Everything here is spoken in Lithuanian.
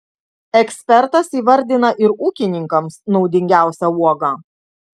ekspertas įvardina ir ūkininkams naudingiausią uogą